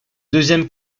deuxième